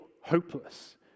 hopeless